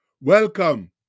Welcome